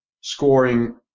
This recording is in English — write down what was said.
scoring